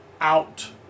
out